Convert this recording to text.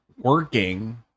working